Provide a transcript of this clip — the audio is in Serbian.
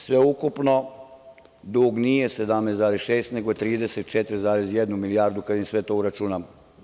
Sve ukupno dug nije 17,6, nego 34,1 milijardu, kad sve to uračunamo.